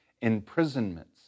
imprisonments